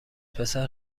پسر